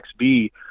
XB